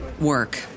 work